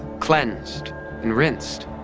cleansed and rinsed.